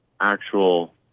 actual